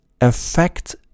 affect